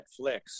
Netflix